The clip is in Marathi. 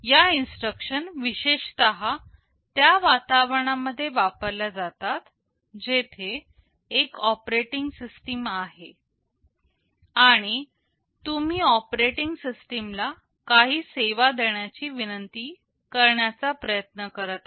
या इन्स्ट्रक्शन विशेषतः त्या वातावरणामध्ये वापरल्या जातात जेथे एक ऑपरेटिंग सिस्टीम आहे आणि तुम्ही ऑपरेटिंग सिस्टिम ला काही सेवा देण्याची विनंती करण्याचा प्रयत्न करत आहे